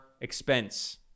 expense